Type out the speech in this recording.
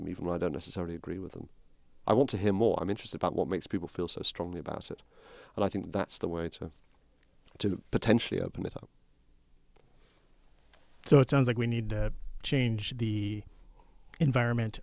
them even when i don't necessarily agree with them i want to him more i'm interested about what makes people feel so strongly about it and i think that's the way to to potentially open it up so it sounds like we need to change the environment